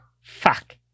Fuck